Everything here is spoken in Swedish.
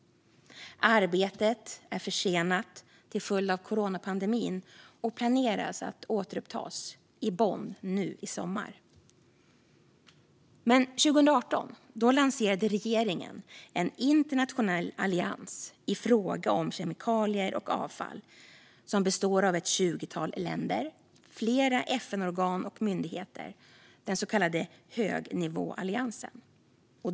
Arbetet är försenat till följd av coronapandemin och planeras att återupptas i Bonn nu i sommar. År 2018 lanserade regeringen en internationell allians i fråga om kemikalier och avfall, som består av ett tjugotal länder och flera FN-organ och myndigheter - den så kallade högnivåalliansen.